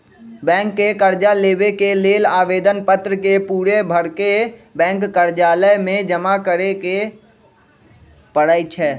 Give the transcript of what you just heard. bank से कर्जा लेबे के लेल आवेदन पत्र के पूरे भरके बैंक कर्जालय में जमा करे के परै छै